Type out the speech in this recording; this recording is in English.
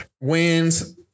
wins